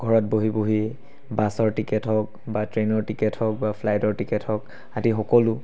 ঘৰত বহি বহিয়ে বাছৰ টিকেট হওক বা ট্ৰেইনৰ টিকেট হওক বা ফ্লাইটৰ টিকেট হওক আদি সকলো